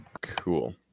Cool